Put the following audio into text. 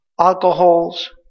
alcohols